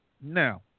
Now